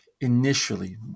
initially